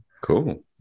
Cool